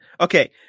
Okay